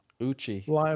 Uchi